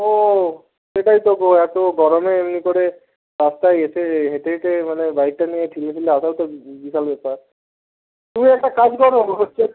ও সেটাই তো গো এত গরমে এমনি করে রাস্তায় এসে হেঁটে হেঁটে মানে বাইকটা নিয়ে ঠেলে ঠেলে আসাও তো বিশাল ব্যাপার তুমি একটা কাজ কর হচ্ছে